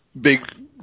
big